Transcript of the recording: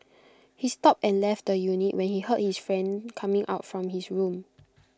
he stopped and left the unit when he heard his friend coming out from his room